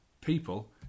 people